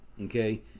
okay